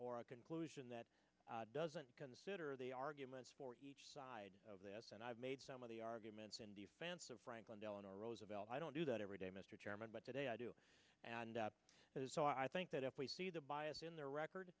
or a conclusion that doesn't consider the arguments for each side of this and i've made some of the arguments in defense of franklin delano roosevelt i don't do that every day mr chairman but today i do and that is so i think that if we see the bias in their record